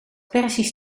perzisch